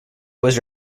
was